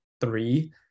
three